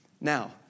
Now